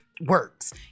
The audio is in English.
Works